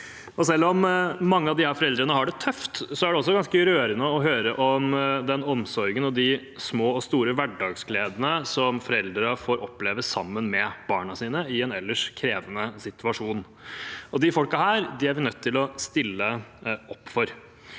Selv om mange av disse foreldrene har det tøft, er det også ganske rørende å høre om den omsorgen og de små og store hverdagsgledene foreldrene får oppleve sammen med barna sine i en ellers krevende situasjon. Disse folka er vi nødt til å stille opp for.